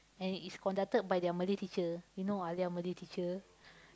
and it is conducted by their Malay teacher you know Alia Malay teacher